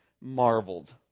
marveled